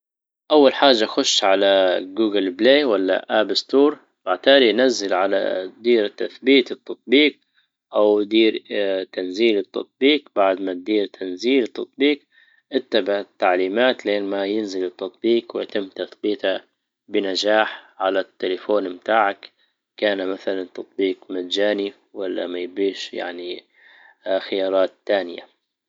اول حاجة خش على جوجل بلاي ولا اب ستور بعتالى ينزل على دير التثبيت التطبيق او دير تنزيل التطبيق بعد ما تدير تنزيل التطبيق اتبع التعليمات لين ما ينزل التطبيق ويتم تثبيته بنجاح على التلفون متاعك كان مثلا تطبيق مجاني ولا ما يبيش يعني اى خيارات تانية